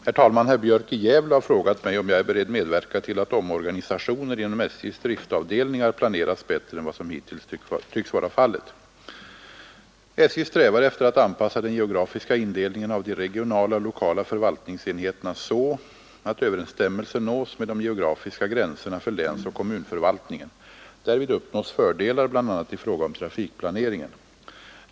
Herr talman! Herr Björk i Gävle har frågat mig om jag är beredd medverka till att omorganisationer inom SJ:s driftavdelningar planeras bättre än vad som hittills tycks vara fallet. SJ strävar efter att anpassa den geografiska indelningen av de regionala och lokala förvaltningsenheterna så att överensstämmelse nås med de geografiska gränserna för länsoch kommunförvaltningen. Därvid uppnås fördelar bl.a. i fråga om trafikplaneringen.